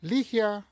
Ligia